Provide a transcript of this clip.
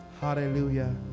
Hallelujah